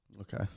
Okay